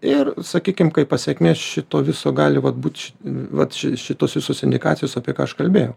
ir sakykim kaip pasekmė šito viso gali vat būt va šitos visos indikacijos apie ką aš kalbėjau